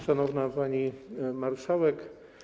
Szanowna Pani Marszałek!